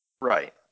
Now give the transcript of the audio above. Right